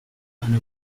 eine